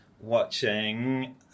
watching